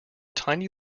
tiny